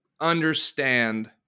understand